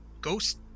ghost